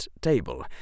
table